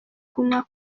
kunywa